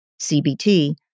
CBT